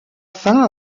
fin